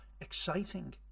exciting